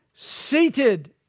Seated